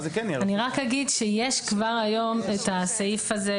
אני רק אגיד שיש כבר היום את הסעיף הזה,